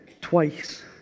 twice